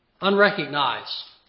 unrecognized